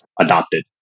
adopted